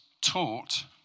taught